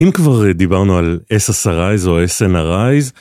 אם כבר דיברנו על SSRI's או SNRI's